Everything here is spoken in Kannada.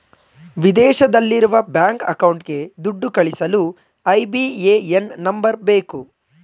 ವಿದೇಶದಲ್ಲಿರುವ ಬ್ಯಾಂಕ್ ಅಕೌಂಟ್ಗೆ ದುಡ್ಡು ಕಳಿಸಲು ಐ.ಬಿ.ಎ.ಎನ್ ನಂಬರ್ ಬೇಕು